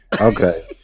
okay